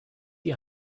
ihr